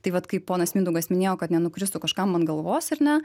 tai vat kaip ponas mindaugas minėjo kad nenukristų kažkam ant galvos ar ne